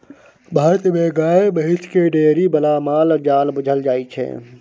भारत मे गाए महिष केँ डेयरी बला माल जाल बुझल जाइ छै